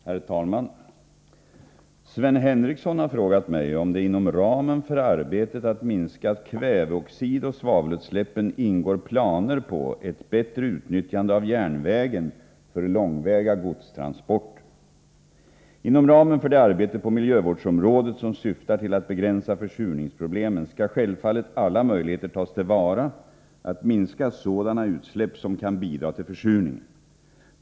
Herr talman! Sven Henricsson har frågat mig om det inom ramen för — Om ökade järnarbetet att minska kväveoxidoch svavelutsläppen ingår planer på ett bättre = gstransporter för utnyttjande av järnvägen för långväga godstransporter. att minska luftför Inom ramen för det arbete på miljövårdsområdet som syftar till att oreningarna begränsa försurningsproblemen skall självfallet alla möjligheter tas till vara att minska sådana utsläpp som kan bidra till försurningen.